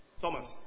Thomas